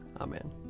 Amen